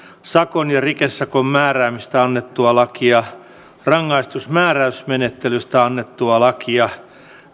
sakon ja rikesakon määräämisestä annettua lakia rangaistusmääräysmenettelystä annettua lakia